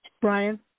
Brian